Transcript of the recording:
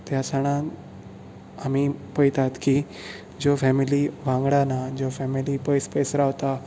त्या सणांत आमी पळतात की ज्यो फॅमिली वांगडा नात ज्यो फॅमिली पयस पयस रावतात